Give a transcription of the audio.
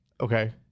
Okay